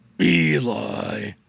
Eli